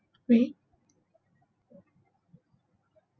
wait